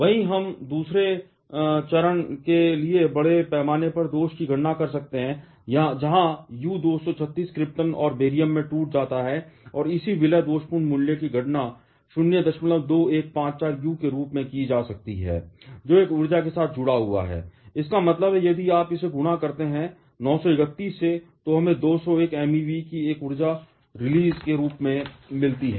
वही हम दूसरे चरण के लिए बड़े पैमाने पर दोष की गणना कर सकते हैं जहां U 236 क्रिप्टन और बेरियम में टूट जाता है और इसी विलय दोषपूर्ण मूल्य की गणना 02154 U के रूप में की जा सकती है जो एक ऊर्जा के साथ जुड़ा हुआ है इसका मतलब है यदि आप इसे गुणा करते हैं 931 से तो हमें 201 MeV की एक ऊर्जा रिलीज मिली